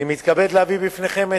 אני מתכבד להביא בפניכם,